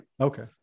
okay